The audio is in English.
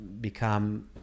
become